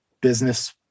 business